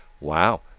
wow